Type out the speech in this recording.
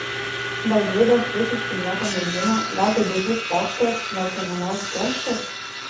gal gvidas visiškai nieko nežino gal tai baisus pokštas gal kieno nors kerštas